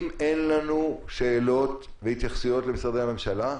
אם אין לנו שאלות והתייחסויות למשרדי הממשלה,